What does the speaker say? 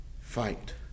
fight